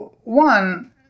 one